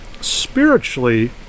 spiritually